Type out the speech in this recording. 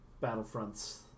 Battlefront's